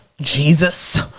Jesus